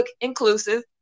inclusive